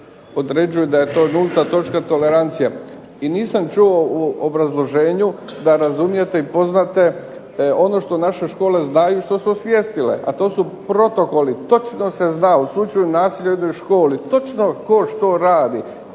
određuju da je to nulta točka tolerancije. I nisam čuo u obrazloženju da razumijete i poznate ono što naše škole znaju, što su osvijestile, a to su protokoli. Točno se zna, u slučaju nasilja …/Govornik se ne